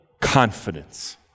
confidence